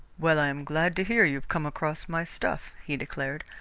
well, i am glad to hear you've come across my stuff, he declared.